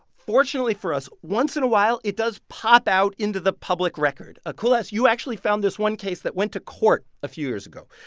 fortunately for us, once in a while, it does pop out into the public record. ah kulas, you actually found this one case that went to court a few years ago.